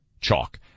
chalk